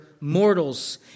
Mortals